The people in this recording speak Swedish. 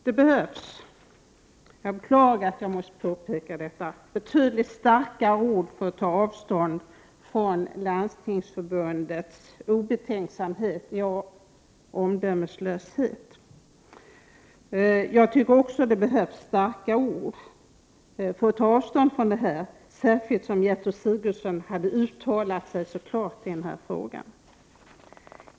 Det behövs, jag beklagar att jag måste påpeka detta, betydligt starkare ord för att ta avstånd från Landstingsförbundets obetänksamhet, ja, omdömeslöshet. Jag tycker också att det behövs starka ord för att ta avstånd från denna fråga, särskilt som Gertrud Sigurdsen hade uttalat sig så klart.